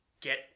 get